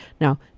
Now